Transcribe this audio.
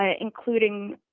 including